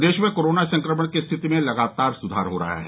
प्रदेश में कोरोना संक्रमण की स्थिति में लगातार सुधार हो रहा है